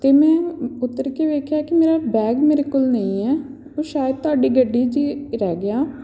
ਅਤੇ ਮੈਂ ਉੱਤਰ ਕੇ ਵੇਖਿਆ ਕਿ ਮੇਰਾ ਬੈਗ ਮੇਰੇ ਕੋਲ ਨਹੀਂ ਹੈ ਉਹ ਸ਼ਾਇਦ ਤੁਹਾਡੀ ਗੱਡੀ 'ਚ ਹੀ ਰਹਿ ਗਿਆ